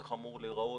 איך אמור להיראות,